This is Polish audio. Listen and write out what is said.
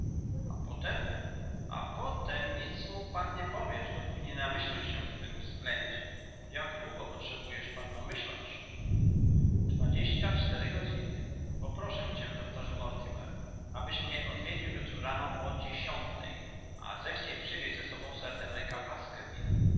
a potem a potem nic mu pan nie powiesz dopóki nie namyślę się w tym względzie jak długo potrzebujesz pan namyślać się dwadzieścia cztery godziny poproszę cię doktorze mortimer abyś mnie odwiedził jutro rano o dziesiątej a zechciej przywieźć ze sobą sir henryka